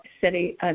City